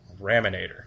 Raminator